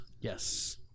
Yes